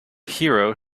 hero